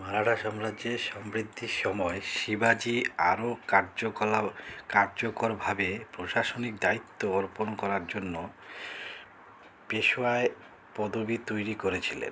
মারাঠা সাম্রাজ্যের সমৃদ্ধির সময় শিবাজী আরও কার্যকলাপ কার্যকরভাবে প্রশাসনিক দায়িত্ব অর্পণ করার জন্য পেশোয়ায় পদবি তৈরি করেছিলেন